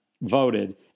voted